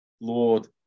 Lord